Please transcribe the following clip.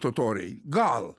totoriai gal